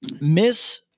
Miss